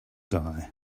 die